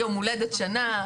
יום הולדת שנה.